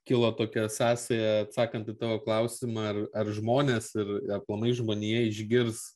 kilo tokia sąsaja atsakant į tavo klausimą ar ar žmonės ir aplamai žmonija išgirs